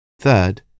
Third